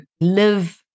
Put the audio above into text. live